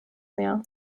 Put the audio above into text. mehr